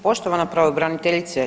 Poštovana pravobraniteljice.